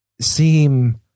seem